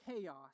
chaos